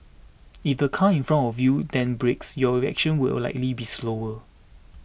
if the car in front of you then brakes your reaction will likely be slower